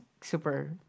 super